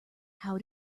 how